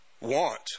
want